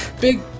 big